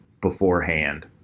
beforehand